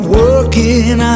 working